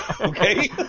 okay